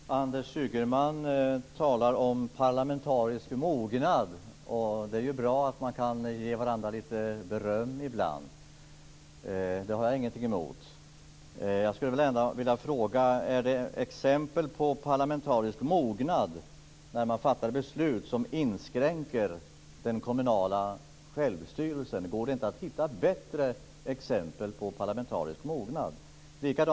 Fru talman! Anders Ygeman talar om parlamentarisk mognad, och det är bra att man kan ge varandra lite beröm ibland. Det har jag ingenting emot. Jag skulle ändå vilja fråga: Är det exempel på parlamentarisk mognad när man fattar beslut som inskränker den kommunala självstyrelsen? Går det inte att hitta bättre exempel på parlamentarisk mognad?